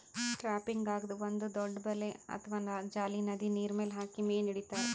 ಟ್ರಾಪಿಂಗ್ದಾಗ್ ಒಂದ್ ದೊಡ್ಡ್ ಬಲೆ ಅಥವಾ ಜಾಲಿ ನದಿ ನೀರ್ಮೆಲ್ ಹಾಕಿ ಮೀನ್ ಹಿಡಿತಾರ್